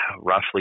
roughly